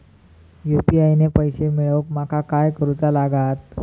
UPI ने पैशे मिळवूक माका काय करूचा लागात?